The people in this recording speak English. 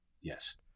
Yes